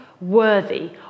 worthy